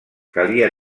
calia